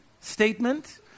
statement